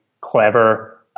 clever